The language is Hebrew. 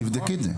תבדקי את זה.